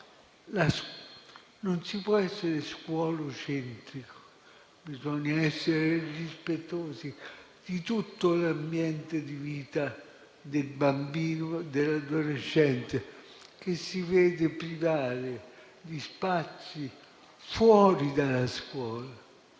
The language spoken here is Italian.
non si può essere scuola-centrici: bisogna essere rispettosi di tutto l'ambiente di vita del bambino e dell'adolescente, che si vedono privare di spazi fuori dalla scuola.